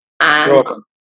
welcome